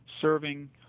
serving